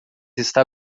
está